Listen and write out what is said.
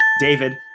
David